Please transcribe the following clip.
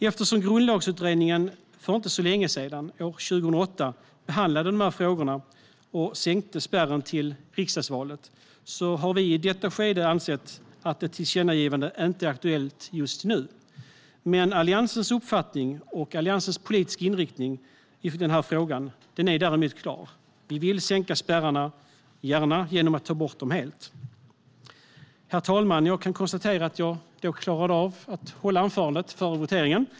Eftersom Grundlagsutredningen för inte så länge sedan, år 2008, behandlade de här frågorna och spärren till riksdagsvalet sänktes har vi i detta skede ansett att ett tillkännagivande inte är aktuellt just nu. Men Alliansens uppfattning och Alliansens politiska inriktning i den här frågan är klar: Vi vill sänka spärrarna, gärna genom att ta bort dem helt. Herr talman! Jag kan konstatera att jag klarade av att hålla anförandet före voteringen.